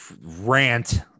rant